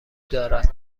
دارد